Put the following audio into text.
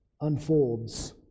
unfolds